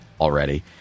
already